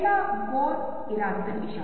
अब हम इस पर विस्तार नहीं करेंगे